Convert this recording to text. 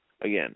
Again